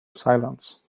silence